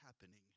happening